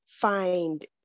find